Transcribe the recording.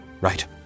Right